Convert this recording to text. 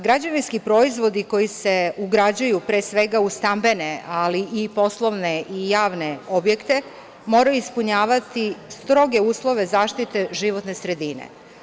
Građevinski proizvodi koji se ugrađuju u stambenu, ali i u poslovne i javne objekte moraju ispunjavati stroge uslove zaštite životne sredine.